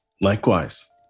Likewise